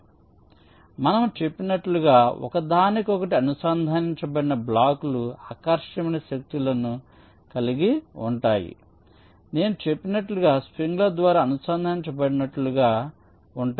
కాబట్టి మనము చెప్పినట్లుగా ఒకదానికొకటి అనుసంధానించబడిన బ్లాక్లు ఆకర్షణీయమైన శక్తులను కలిగి ఉంటాయి అవి నేను చెప్పినట్లుగా స్ప్రింగ్ల ద్వారా అనుసంధానించబడినట్లుగా ఉంటాయి